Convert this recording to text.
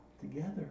together